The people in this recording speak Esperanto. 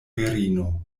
virino